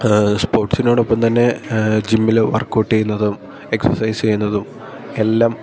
സ്പോർട്സിനോടൊപ്പം തന്നെ ജിമ്മിൽ വർക്ക്ഔട്ട് ചെയ്യുന്നതും എക്സർസൈസ് ചെയ്യുന്നതും എല്ലാം